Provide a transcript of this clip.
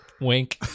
Wink